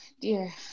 dear